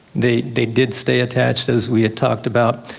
they they did stay attached as we had talked about.